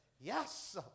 Yes